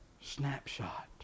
Snapshot